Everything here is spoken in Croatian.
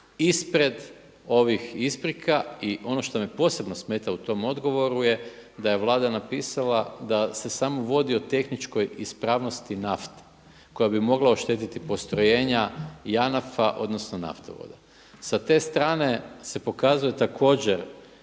ispred ovih isprika. I ono što me posebno smeta u tom odgovoru je da je Vlada napisala da se samo vodi o tehničkoj ispravnosti nafte koja bi mogla oštetiti postrojenja JANAF-a odnosno naftovoda. Sa te strane se pokazuje također